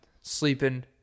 sleeping